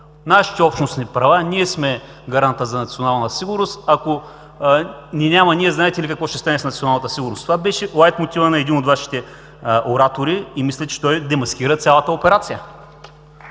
„Нашите общностни права, ние сме гаранта за национална сигурност, ако ни няма нас, знаете ли какво ще стане с националната сигурност?“. Това беше лайтмотивът на един от Вашите оратори и мисля, че той демаскира цялата операция.